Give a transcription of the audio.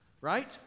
right